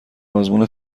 آزمون